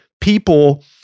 people